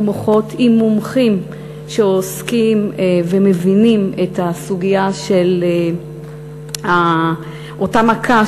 מוחות עם מומחים שעוסקים בכך ומבינים את הסוגיה של אותה מכה,